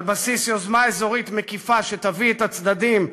על בסיס יוזמה אזורית מקיפה שתביא את הצדדים,